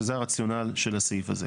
שזה הרציונל של הסעיף הזה.